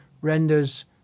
renders